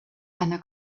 eine